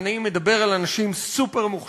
אני מדבר על אנשים סופר-מוכשרים,